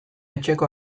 etxeko